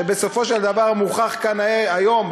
שבסופו של דבר מוכח כאן היום,